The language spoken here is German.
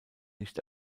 nicht